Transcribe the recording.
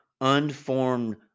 unformed